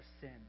sin